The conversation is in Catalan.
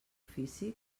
ofici